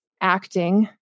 acting